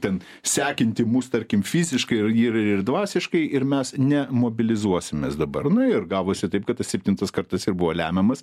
ten sekinti mūs tarkim fiziškai ir ir dvasiškai ir mes ne mobilizuosimės dabar nu ir gavosi taip kad tas septintas kartas ir buvo lemiamas